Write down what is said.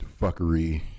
fuckery